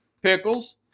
Pickles